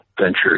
venture